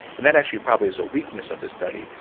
and that actually probably is a weakness of the study,